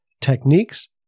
techniques